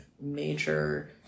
major